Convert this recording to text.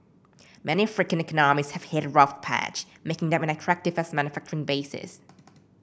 many African economies have hit a rough patch making them unattractive as manufacturing bases